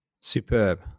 superb